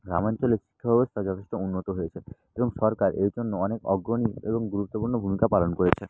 গ্রামাঞ্চলে শিক্ষা ব্যবস্থা যথেষ্ট উন্নত হয়েছে এবং সরকার এর জন্য অনেক অগ্রণী এবং গুরুত্বপূর্ণ ভূমিকা পালন করেছে